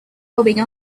bobbing